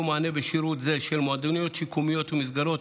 מענה בשירות המועדוניות השיקומיות ומסגרות